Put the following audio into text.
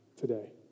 today